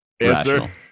answer